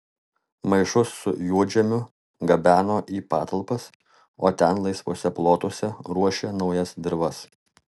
maišus su juodžemiu gabeno į patalpas o ten laisvuose plotuose ruošė naujas dirvas